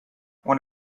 one